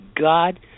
god